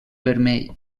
vermell